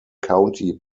county